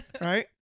Right